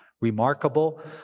remarkable